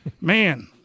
man